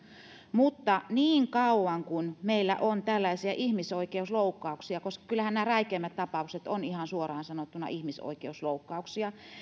mutta niin kauan kuin meillä on tällaisia ihmisoikeusloukkauksia koska kyllähän nämä räikeimmät tapaukset ovat ihan suoraan sanottuna ihmisoikeusloukkauksia